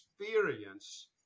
experience